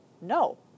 No